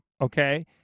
Okay